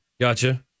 gotcha